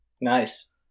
Nice